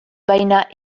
baina